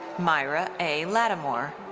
myra a. lattimore.